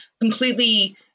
completely